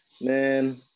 Man